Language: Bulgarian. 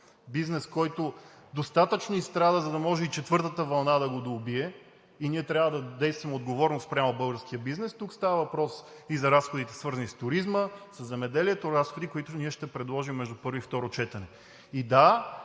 бизнес, който достатъчно изстрада, за да може и четвъртата вълна да го доубие, и ние трябва да действаме отговорно спрямо българския бизнес. Тук става въпрос и за разходите, свързани с туризма, със земеделието – разходи, които ние ще предложим между първо и второ четене.